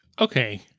Okay